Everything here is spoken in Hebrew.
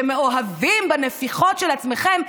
שמאוהבים בנפיחות של עצמכם,